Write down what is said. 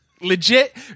Legit